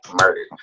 murdered